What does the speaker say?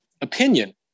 opinion